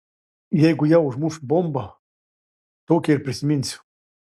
jeigu ją užmuš bomba tokią ir prisiminsiu